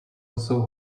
also